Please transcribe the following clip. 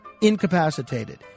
incapacitated